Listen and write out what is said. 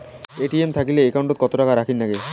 ATM থাকিলে account ওত কত টাকা রাখীর নাগে?